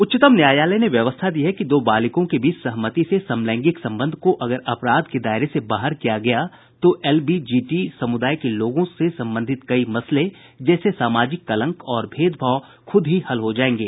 उच्चतम न्यायालय ने व्यवस्था दी है कि दो बालिगों के बीच सहमति से समलैंगिक संबंध को अगर अपराध के दायरे से बाहर किया गया तो एलजीबीटी समुदाय के लोगों से संबंधित कई मसले जैसे सामाजिक कलंक और भेदभाव खूद ही हल हो जाएंगे